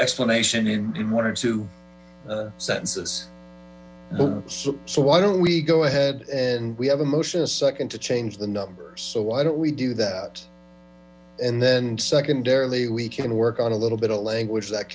explanation in one or two sentences so why don't we go ahead and we motion a second to change the numbers so why don't we do tht and then secondarily we can work on a little but a language that